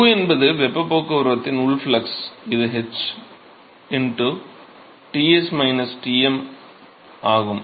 q என்பது வெப்பப் போக்குவரத்தின் உள் ஃப்ளக்ஸ் இது h Ts Tm ஆகும்